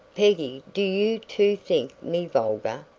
peggy, do you too think me vulgar?